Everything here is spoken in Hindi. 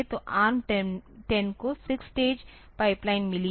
तो ARM10 को 6 स्टेज पाइपलाइन मिली है